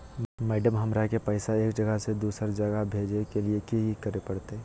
Madam, हमरा के पैसा एक जगह से दुसर जगह भेजे के लिए की की करे परते?